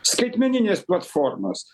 skaitmeninės platformos